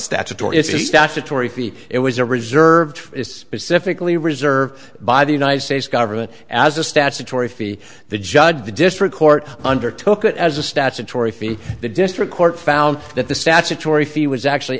statutory fee it was a reserved specifically reserved by the united states government as a statutory fee the judge of the district court under took as a statutory fee the district court found that the statutory fee was actually